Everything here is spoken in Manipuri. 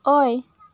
ꯑꯣꯏ